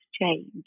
change